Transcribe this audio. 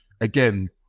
again